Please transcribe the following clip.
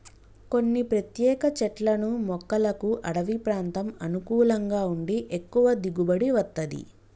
కొన్ని ప్రత్యేక చెట్లను మొక్కలకు అడివి ప్రాంతం అనుకూలంగా ఉండి ఎక్కువ దిగుబడి వత్తది